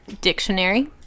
dictionary